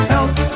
Help